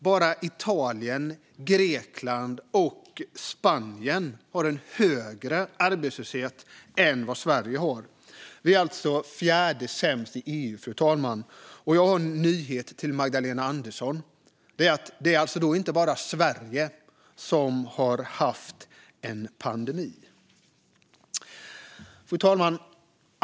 Bara Italien, Grekland och Spanien har högre arbetslöshet än Sverige. Vi är alltså fjärde sämst i EU, fru talman. Och jag har en nyhet till Magdalena Andersson: Det är inte bara Sverige som har drabbats av en pandemi. Fru talman!